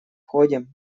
ходе